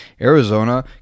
Arizona